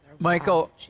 Michael